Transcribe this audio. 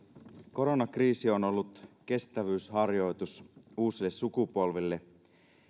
koronakriisi on ollut kestävyysharjoitus uusille sukupolville